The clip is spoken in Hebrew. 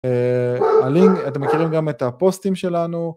אתם מכירים גם את הפוסטים שלנו.